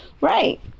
right